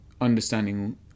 understanding